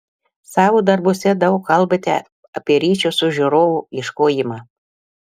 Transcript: savo darbuose daug kalbate apie ryšio su žiūrovu ieškojimą